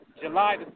July